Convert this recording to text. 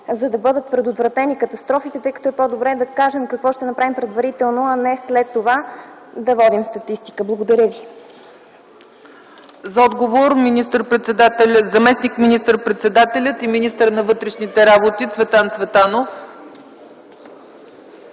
за да бъдат предотвратени катастрофите? По-добре е да кажем какво ще направим предварително, а не след това да водим статистика. Благодаря. ПРЕДСЕДАТЕЛ ЦЕЦКА ЦАЧЕВА: За отговор – заместник министър-председателят и министър на вътрешните работи Цветан Цветанов.